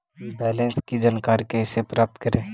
Balance की जानकारी कैसे प्राप्त करे?